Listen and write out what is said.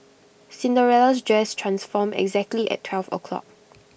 Cinderella's dress transformed exactly at twelve o' clock